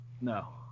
No